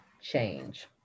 change